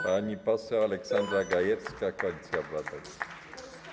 Pani poseł Aleksandra Gajewska, Koalicja Obywatelska.